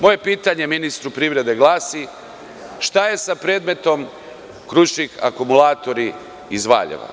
Moje pitanje ministru privrede glasi – šta je sa predmetom „Krušik akumulatori“ iz Valjeva?